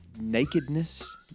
nakedness